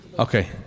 Okay